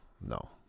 no